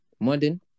Modern